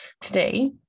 today